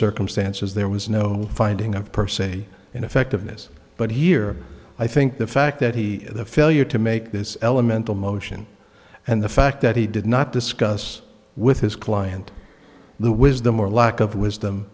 circumstances there was no finding of per se ineffectiveness but here i think the fact that he failure to make this elemental motion and the fact that he did not discuss with his client the wisdom or lack of wisdom